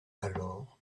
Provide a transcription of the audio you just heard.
alors